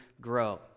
grow